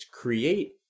create